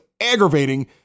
aggravating